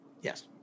Yes